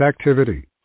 activity